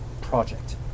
project